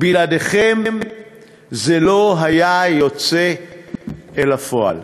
בלעדיכם זה לא היה יוצא אל הפועל.